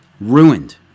ruined